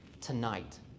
tonight